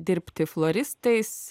dirbti floristais